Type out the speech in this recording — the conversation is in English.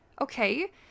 okay